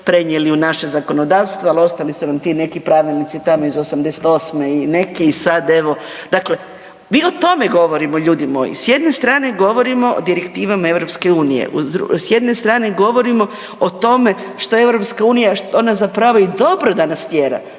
prenijeli u naše zakonodavstvo, al ostali su nam ti neki pravilnici tamo iz 88.-me i neke i sad evo, dakle mi o tome govorimo ljudi moji. S jedne strane govorimo o direktivama EU, s jedne strane govorimo o tome što EU, što ona zapravo i dobro da nas tjera